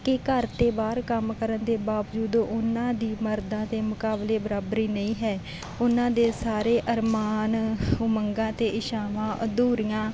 ਕਿ ਘਰ ਅਤੇ ਬਾਹਰ ਕੰਮ ਕਰਨ ਦੇ ਬਾਵਜੂਦ ਉਹਨਾਂ ਦੀ ਮਰਦਾਂ ਦੇ ਮੁਕਾਬਲੇ ਬਰਾਬਰੀ ਨਹੀਂ ਹੈ ਉਹਨਾਂ ਦੇ ਸਾਰੇ ਅਰਮਾਨ ਉਮੰਗਾਂ ਅਤੇ ਇੱਛਾਵਾਂ ਅਧੂਰੀਆਂ